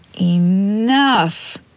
enough